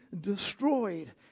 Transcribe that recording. destroyed